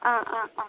অঁ অঁ অঁ